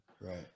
right